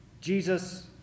Jesus